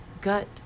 gut